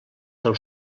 del